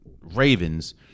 Ravens